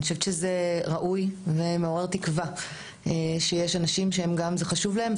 אני חושבת שזה ראוי ומעורר תקווה שיש אנשים שזה חשוב גם להם,